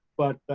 but